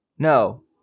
No